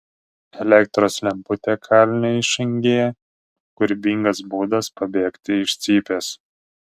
elektros lemputė kalinio išangėje kūrybingas būdas pabėgti iš cypės